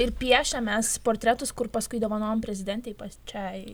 ir piešiam mes portretus kur paskui dovanojam prezidentei pačiai